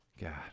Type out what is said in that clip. God